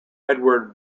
edward